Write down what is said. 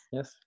Yes